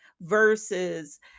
versus